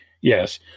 yes